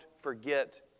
forget